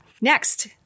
Next